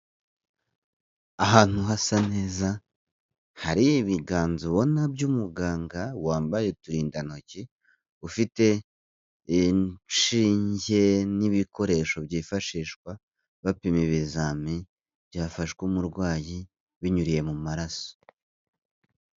Ahantu hasa neza hari ibiganza ubona by'umuganga wambaye uturindantoki ufite inshinge n'ibikoresho byifashishwa bapima ibizami byafashwe umurwayi binyuriye mu maraso.